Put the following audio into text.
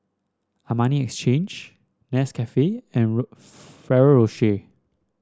Armani Exchange Nescafe and Ferrero Rocher